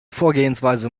vorgehensweise